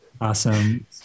awesome